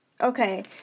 okay